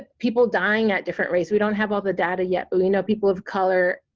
ah people dying at different rates, we don't have all the data yet but we know people of color,